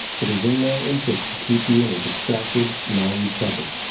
it is in their interest to keep you in a distracted, naive bubble.